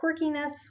quirkiness